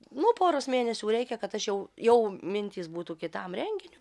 nu poros mėnesių reikia kad aš jau jau mintys būtų kitam renginiui